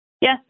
Yes